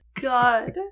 God